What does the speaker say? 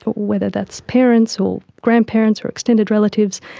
but whether that's parents or grandparents or extended relatives,